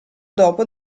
dopo